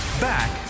Back